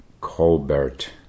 Colbert